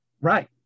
Right